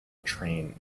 train